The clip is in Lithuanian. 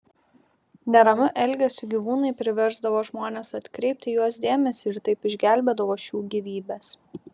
neramiu elgesiu gyvūnai priversdavo žmones atkreipti į juos dėmesį ir taip išgelbėdavo šių gyvybes